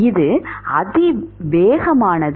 இது அதிவேகமானது